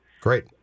Great